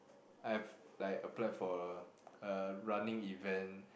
I've like applied for a running event